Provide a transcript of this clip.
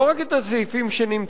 לא רק את הסעיפים שנמצאים,